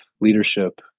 leadership